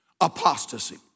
apostasy